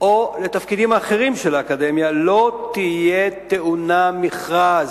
לתפקידים אחרים של האקדמיה לא תהיה טעונה מכרז.